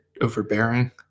overbearing